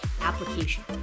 application